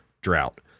drought